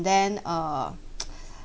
then uh